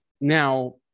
Now